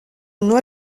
nur